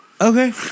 Okay